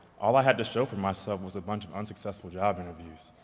all i had to show for myself was a bunch of unsuccessful job interviews.